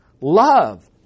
love